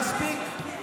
מספיק.